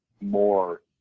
more